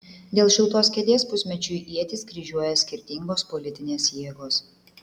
dėl šiltos kėdės pusmečiui ietis kryžiuoja skirtingos politinės jėgos